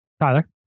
Tyler